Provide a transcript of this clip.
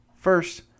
First